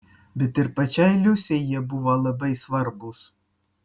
bet ir pačiai liusei jie buvo labai svarbūs